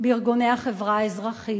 בארגוני החברה האזרחית,